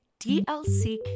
DLC